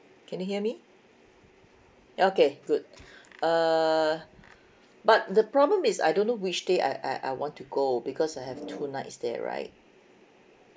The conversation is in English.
can you hear me ya okay good err but the problem is I don't know which day I I I want to go because I have two nights there right